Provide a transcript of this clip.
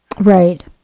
Right